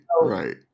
right